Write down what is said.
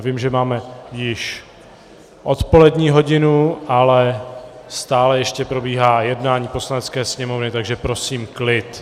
Vím, že máme již odpolední hodinu, ale stále ještě probíhá jednání Poslanecké sněmovny, takže prosím o klid.